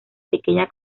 pequeña